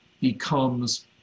becomes